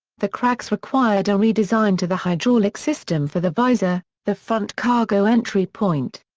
the cracks required a redesign to the hydraulic system for the visor, the front cargo entry point.